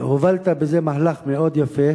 הובלת בזה מהלך מאוד יפה.